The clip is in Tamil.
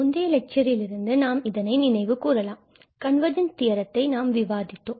முந்திய லெக்சரில் இருந்து நாம் இதனை நினைவு கூறலாம் கன்வர்ஜென்ஸ் தியரத்தை நாம் விவாதித்தோம்